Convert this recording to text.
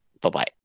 bye-bye